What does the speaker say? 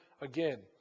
again